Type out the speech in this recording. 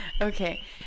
Okay